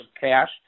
cash